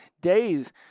Days